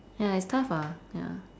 ya it's tough ah ya